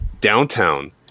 downtown